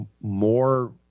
more